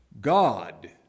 God